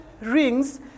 rings